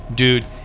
dude